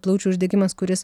plaučių uždegimas kuris